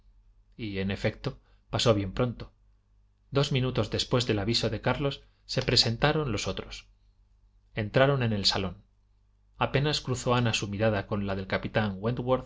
y en efecto pasó bien pronto dos minutos después del aviso de carlos se presentaron los otros entraron en el salón apenas cruzó ana su mirada can la del capitán